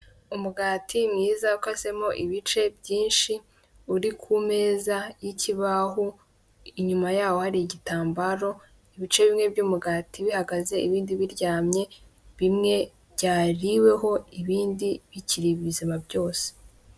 Umugati mwiza ukasemo ibice byinshi, uri ku meza y'ikibaho, inyuma yawo hari igitambaro, ibice bimwe by'umugati bihagaze ibindi biryamye, bimwe byariweho ibindi bikiri bizima byose.